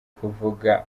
kuvuga